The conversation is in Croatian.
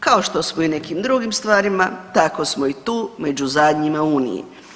Kao što smo i u nekim drugim stvarima tako smo i tu među zadnjima u uniji.